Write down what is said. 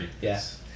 Yes